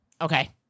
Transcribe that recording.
Okay